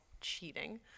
cheating